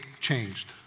changed